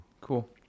Cool